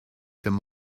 them